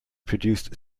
produced